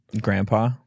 Grandpa